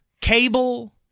Cable